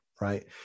Right